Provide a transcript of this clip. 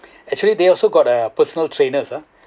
actually they also got a personal trainers ah